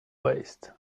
waste